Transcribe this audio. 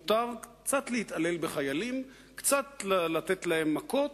מותר קצת להתעלל בחיילים, קצת לתת להם מכות,